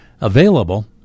available